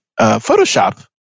Photoshop